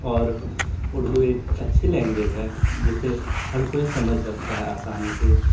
اور اردو ایک اچھی لینگویج ہے جسے ہر کوئی سمجھ سکتا ہے آسانی سے